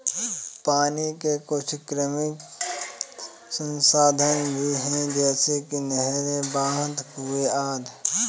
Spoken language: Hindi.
पानी के कुछ कृत्रिम संसाधन भी हैं जैसे कि नहरें, बांध, कुएं आदि